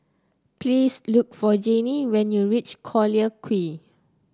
please look for Janie when you reach Collyer Quay